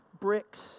bricks